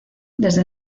desde